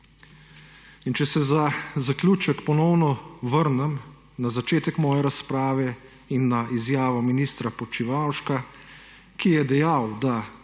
In če se za zaključek ponovno vrnem na začetek svoje razprave in na izjavo ministra Počivalška, ki je dejal, da